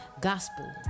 gospel